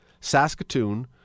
Saskatoon